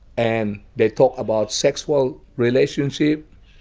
and they talk about sexual relationships,